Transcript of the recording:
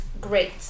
great